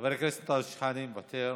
חבר הכנסת אבו שחאדה, מוותר,